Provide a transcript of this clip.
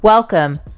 Welcome